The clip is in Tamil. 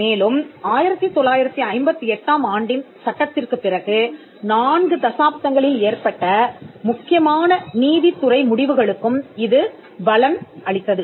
மேலும் 1958 ஆம் ஆண்டின் சட்டத்திற்குப் பிறகு நான்கு தசாப்தங்களில் ஏற்பட்ட முக்கியமான நீதித்துறை முடிவுகளுக்கும் இது பலன் அளித்தது